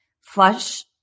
flush